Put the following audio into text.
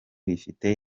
rifite